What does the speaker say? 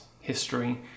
history